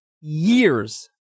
years